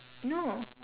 no